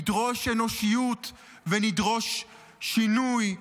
נדרוש אנושיות ונדרוש שינוי,